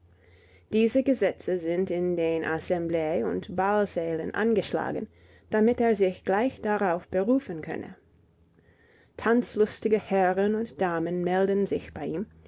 diese gesetze sind in den assemblee und ballsälen angeschlagen damit er sich gleich darauf berufen könne tanzlustige herren und damen melden sich bei ihm